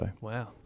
Wow